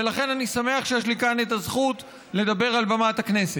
ולכן אני שמח שיש לי כאן את הזכות לדבר על במת הכנסת.